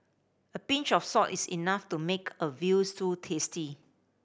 a pinch of salt is enough to make a veal stew tasty